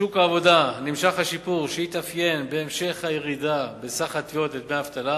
בשוק העבודה נמשך השיפור שהתאפיין בהמשך הירידה בסך התביעות לדמי אבטלה